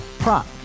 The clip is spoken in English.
Prop